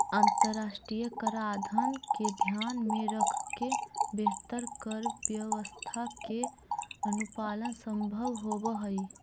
अंतरराष्ट्रीय कराधान के ध्यान में रखके बेहतर कर व्यवस्था के अनुपालन संभव होवऽ हई